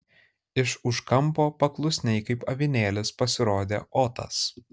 iš už kampo paklusniai kaip avinėlis pasirodė otas